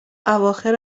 اواخر